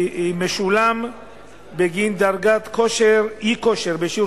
משולמים בגין דרגת אי-כושר בשיעור